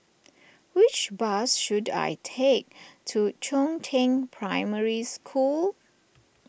which bus should I take to Chongzheng Primary School